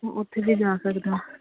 ਉੱਥੇ ਵੀ ਜਾ ਸਕਦੇ ਹੋ